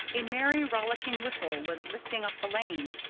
a merry rollicking whistle was lilting up the lane.